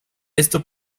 esto